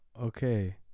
Okay